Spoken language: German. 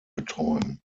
betreuen